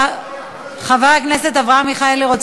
חבר הכנסת אברהם מיכאלי,